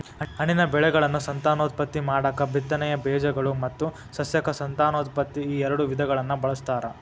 ಹಣ್ಣಿನ ಬೆಳೆಗಳನ್ನು ಸಂತಾನೋತ್ಪತ್ತಿ ಮಾಡಾಕ ಬಿತ್ತನೆಯ ಬೇಜಗಳು ಮತ್ತು ಸಸ್ಯಕ ಸಂತಾನೋತ್ಪತ್ತಿ ಈಎರಡು ವಿಧಗಳನ್ನ ಬಳಸ್ತಾರ